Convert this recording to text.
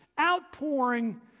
outpouring